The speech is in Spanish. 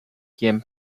quien